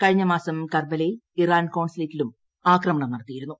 കഴിഞ്ഞ മാസം കർബലയിലെ ഇറാൻ കോൺസുലേറ്റിലും ആക്രമണം നടത്തിയിരുന്നു